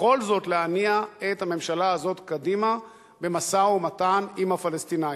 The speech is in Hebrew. בכל זאת להניע את הממשלה הזאת קדימה במשא-ומתן עם הפלסטינים.